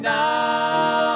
now